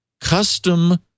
custom